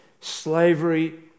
Slavery